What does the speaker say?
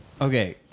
Okay